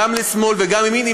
גם משמאל וגם מימין,